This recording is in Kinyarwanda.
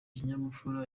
ikinyabupfura